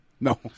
No